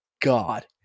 god